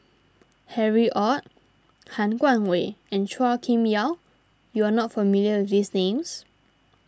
Harry Ord Han Guangwei and Chua Kim Yeow you are not familiar with these names